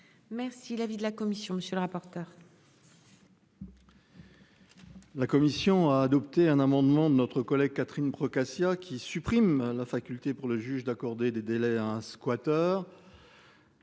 Merci l'avis de la commission. Monsieur le rapporteur. La commission a adopté un amendement de notre collègue Catherine Procaccia qui supprime la faculté pour le juge d'accorder des délais un squatteur.